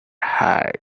height